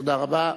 תודה רבה.